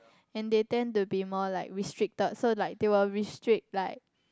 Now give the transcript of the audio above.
and they tend to be more like restricted so like they will restrict like